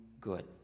good